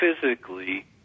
physically